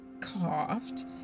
coughed